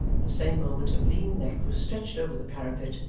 the same moment a lean neck was stretched over the parapet,